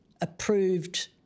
approved